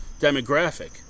Demographic